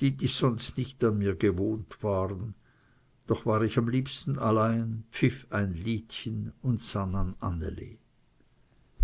die dies sonst nicht an mir gewohnt waren doch war ich am liebsten allein pfiff ein liedchen und sann an anneli